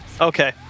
Okay